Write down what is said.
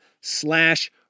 slash